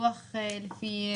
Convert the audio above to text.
בדיון הבא אנחנו רוצים לשמוע את זה.